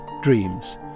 Dreams